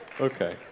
Okay